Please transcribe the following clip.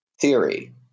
theory